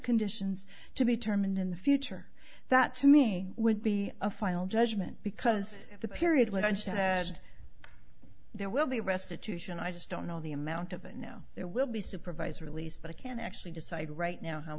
conditions to be term and in the future that to me would be a final judgment because the period would ensure that there will be restitution i just don't know the amount of it now there will be supervised release but i can't actually decide right now how